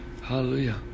Hallelujah